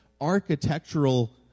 architectural